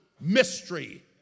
mystery